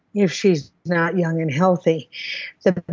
if she's not young and healthy. so but but